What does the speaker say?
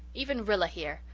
even rilla here,